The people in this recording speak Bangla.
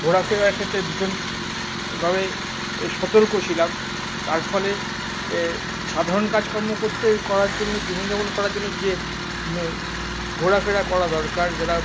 ঘোরাফেরার ক্ষেত্রে ভীষণভাবে সতর্ক ছিলাম তার ফলে সাধারণ কাজকর্ম করতে করার জন্য জীবনযাপন করার জন্য যে ঘোরাফেরা করা দরকার যারা